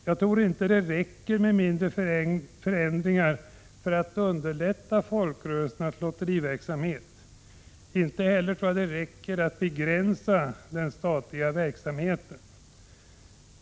Jag tror inte att det räcker med mindre förändringar för att underlätta folkrörelsernas lotteriverksamhet — inte heller att begränsa den statliga verksamheten.